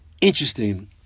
Interesting